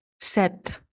set